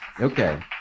Okay